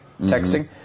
texting